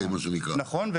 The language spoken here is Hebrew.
נכון.